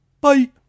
bye